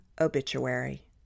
obituary